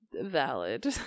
Valid